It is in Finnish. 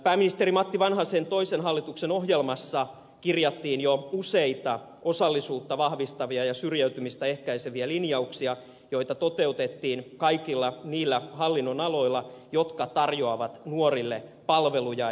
pääministeri matti vanhasen toisen hallituksen ohjelmassa kirjattiin jo useita osallisuutta vahvistavia ja syrjäytymistä ehkäiseviä linjauksia joita toteutettiin kaikilla niillä hallinnonaloilla jotka tarjoavat nuorille palveluja